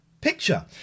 picture